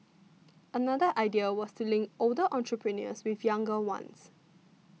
another idea was to link older entrepreneurs with younger ones